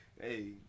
Hey